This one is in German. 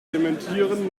dementieren